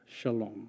shalom